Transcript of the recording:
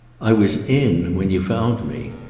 i was in when you found me.